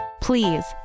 Please